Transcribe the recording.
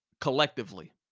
collectively